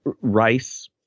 Rice